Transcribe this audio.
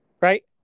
right